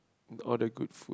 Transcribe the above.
the all the good food